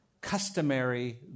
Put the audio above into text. customary